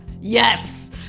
Yes